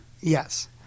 Yes